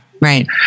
right